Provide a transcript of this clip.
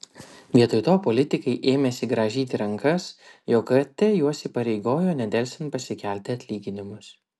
vietoj to politikai ėmėsi grąžyti rankas jog kt juos įpareigojo nedelsiant pasikelti atlyginimus